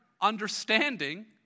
understanding